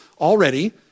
Already